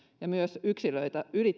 ja myös yksilöitä yli